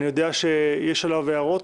אני יודע שיש עליו הערות,